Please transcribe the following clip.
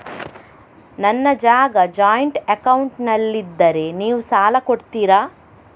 ನನ್ನ ಜಾಗ ಜಾಯಿಂಟ್ ಅಕೌಂಟ್ನಲ್ಲಿದ್ದರೆ ನೀವು ಸಾಲ ಕೊಡ್ತೀರಾ?